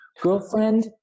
Girlfriend